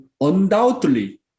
undoubtedly